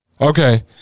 Okay